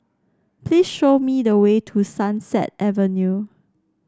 please show me the way to Sunset Avenue